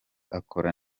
akora